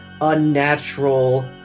unnatural